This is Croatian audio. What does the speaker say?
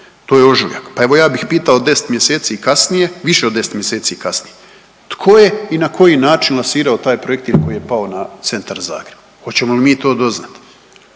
To je ožujak, pa evo ja bih pitao 10 mjeseci kasnije, više od 10 mjeseci kasnije tko je i na koji način lansirao taj projektil koji je pao na centar Zagreba, hoćemo li mi to doznati.